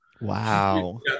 Wow